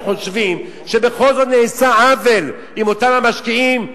שחושבים שבכל זאת נעשה עוול עם אותם המשקיעים,